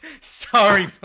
Sorry